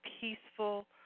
peaceful